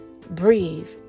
Breathe